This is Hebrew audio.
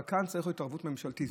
אבל כאן צריך התערבות ממשלתית.